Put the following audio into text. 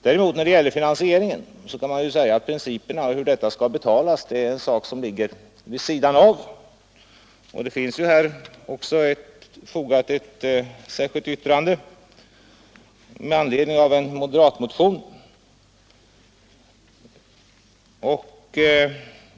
När det å andra sidan gäller finansieringen kan man säga att principerna för hur förmånerna skall betalas ligger vid sidan om avtalet. Det finns också i den delen ett särskilt yttrande till betänkandet med anledning av en moderatmotion.